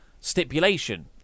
stipulation